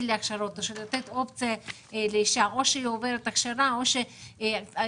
להכשרת או לתת אופציה לאישה שאו שהיא עוברת הכשרה או שהמעסיק